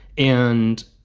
and